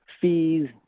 fees